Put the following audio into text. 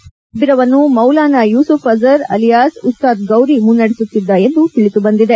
ಈ ಶಿಬಿರವನ್ನು ಮೌಲಾನಾ ಯೂಸುಫ್ ಅಜರ್ ಅಲಿಯಾಸ್ ಉಸ್ತಾದ್ ಗೌರಿ ಮುನ್ನಡೆಸುತ್ತಿದ್ದ ಎಂದು ತಿಳಿದು ಬಂದಿದೆ